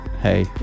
hey